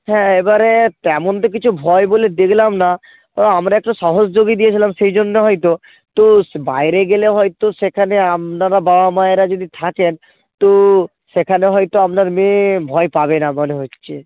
হ্যাঁ এবারে তেমন তো কিছু ভয় বলে দেখলাম না তবে আমরা একটা সহজ যোগই দিয়েছিলাম সেই জন্য হয়তো তো বাইরে গেলে হয়তো সেখানে আপনারা বাবা মায়েরা যদি থাকেন তো সেখানে হয়তো আপনার মেয়ে ভয় পাবে না মনে হচ্ছে